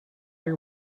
are